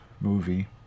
movie